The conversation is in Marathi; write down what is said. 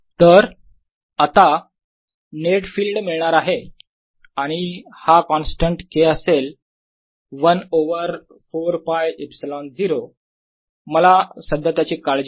तर आता नेट फिल्ड मिळणार आहे आणि हा कॉन्स्टंट k असेल 1 ओवर 4 π ε0 मला सध्या त्याची काळजी नाही